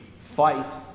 Fight